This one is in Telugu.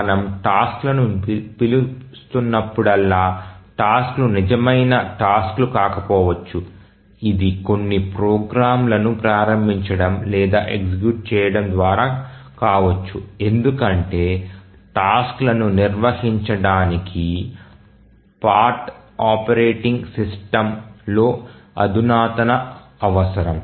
మనము టాస్క్లను పిలుస్తున్నప్పుడల్లా టాస్క్లు నిజమైన టాస్క్లు కాకపోవచ్చు ఇది కొన్ని ప్రోగ్రామ్లను ప్రారంభించడం లేదా ఎగ్జిక్యూట్ చేయడం ద్వారా కావచ్చు ఎందుకంటే టాస్క్లను నిర్వహించడానికి పార్ట్ ఆపరేటింగ్ సిస్టమ్లో అధునాతనత అవసరం